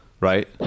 right